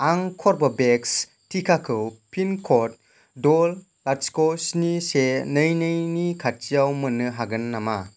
आं कर्वेभेक्स टिकाखौ पिन क'ड द' लाथिख' स्नि से नै नैनि खाथिआव मोन्नो हागोन नामा